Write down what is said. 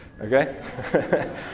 Okay